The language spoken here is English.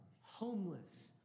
homeless